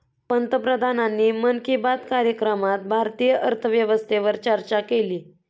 पंतप्रधानांनी मन की बात कार्यक्रमात भारतीय अर्थव्यवस्थेवर चर्चा केली